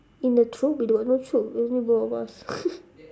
in the group we got no group only both of us